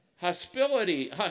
Hospitality